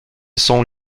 sont